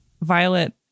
Violet